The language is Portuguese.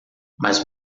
mas